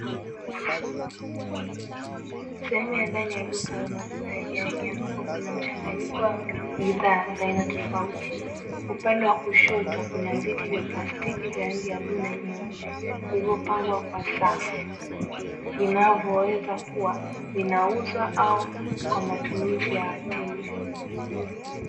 Sehemu ya ndani ya duka la maduka ya rejareja ambapo kuna mchanganyiko wa bidhaa za aina tofautitofauti. Upande wa kushoto Kuna viti vya plastiki vya rangi ya bluu na nyeupe kilivyopangwa kwa safu. Vinavyoweza kuwa vinauzwa au kwa matumizi ya wateja.